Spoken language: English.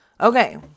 Okay